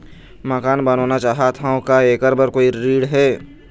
मकान बनवाना चाहत हाव, का ऐकर बर कोई ऋण हे?